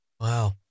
Wow